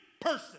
person